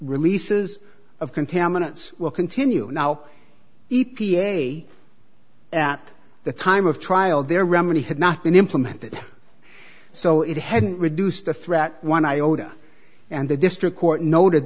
releases of contaminants will continue now e p a at the time of trial there remedy had not been implemented so it hadn't reduce the threat one iota and the district court noted